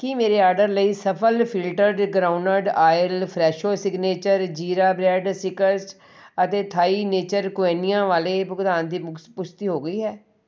ਕੀ ਮੇਰੇ ਆਡਰ ਲਈ ਸਫਲ filtered groundnut oil Fresho signature jeera bread ਸਿਕਸਟ ਅਤੇ ਥਾਈ ਨੇਚਰ ਕੁਇਨੀਆ ਵਾਲੇ ਭੁਗਤਾਨ ਦੀ ਪੁਕਸ ਪੁਸ਼ਟੀ ਹੋ ਗਈ ਹੈ